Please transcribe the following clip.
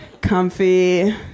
comfy